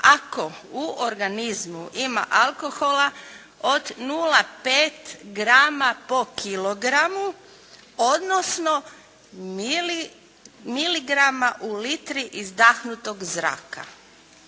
ako u organizmu ima alkohola od 0,5 grama po kilogramu, odnosno miligrama u litri izdahnutog zraka.